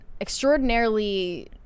extraordinarily